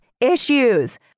issues